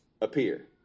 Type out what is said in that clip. appear